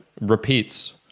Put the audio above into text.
repeats